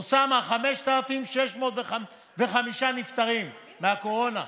אוסאמה, 5,605 נפטרים מהקורונה.